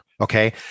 Okay